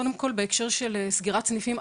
קודם כל בהקשר של סגירת סניפים,